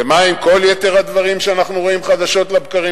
ומה עם כל יתר הדברים שאנחנו רואים חדשות לבקרים,